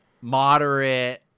moderate